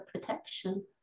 protection